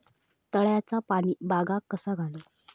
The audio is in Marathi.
तळ्याचा पाणी बागाक कसा घालू?